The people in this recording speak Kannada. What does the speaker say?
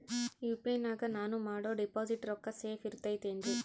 ಯು.ಪಿ.ಐ ನಾಗ ನಾನು ಮಾಡೋ ಡಿಪಾಸಿಟ್ ರೊಕ್ಕ ಸೇಫ್ ಇರುತೈತೇನ್ರಿ?